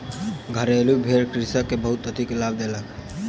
घरेलु भेड़ कृषक के बहुत अधिक लाभ देलक